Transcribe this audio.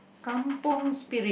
Kampung spirit